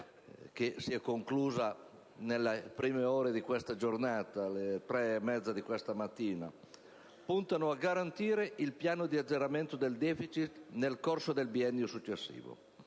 che si è concluso nelle prime ore di questa giornata (alle 3,30 di questa mattina), punta a garantire il piano di azzeramento del deficit nel corso del biennio successivo.